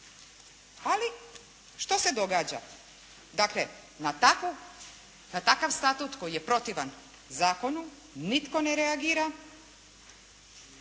Ali štos e događa? Dakle na takav statut koji je protivan zakonu nitko ne reagira,